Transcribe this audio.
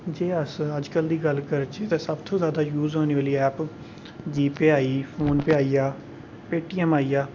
जे अस अजकल दी गल्ल करचै ते सबतूं जैदा यूज होने आह्ली ऐप जीपे आई गेई फोन पे आई गेआ पेटीऐम्म आई गेआ